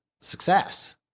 success